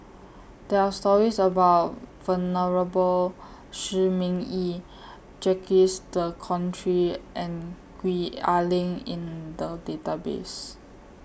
There Are stories about Venerable Shi Ming Yi Jacques De Coutre and Gwee Ah Leng in The Database